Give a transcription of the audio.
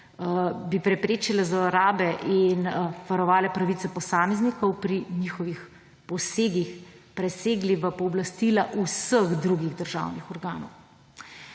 bi preprečevale zlorabe in varovale pravice posameznikov pri njihovih posegih, presegli pooblastila vseh drugih državnih organov.